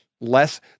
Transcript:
less